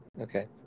Okay